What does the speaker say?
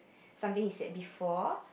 something he said before